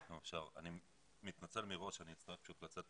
אני מתנצל מראש, אני אצטרך לצאת